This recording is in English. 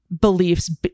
beliefs